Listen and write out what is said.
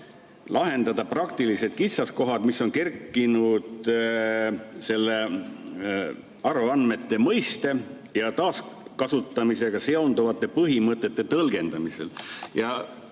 lahendada praktilised kitsaskohad, mis on üles kerkinud avaandmete mõiste ja taaskasutamisega seonduvate põhimõtete tõlgendamisel.